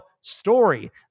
story